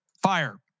Fire